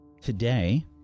Today